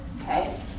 Okay